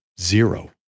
zero